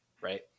Right